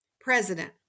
president